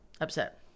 upset